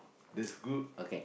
that's good